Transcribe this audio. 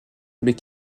mais